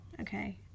okay